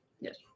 Yes